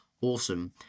awesome